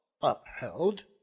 upheld